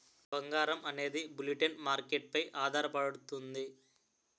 బంగారం అనేది bullion market పై ఆధారపడుతుంది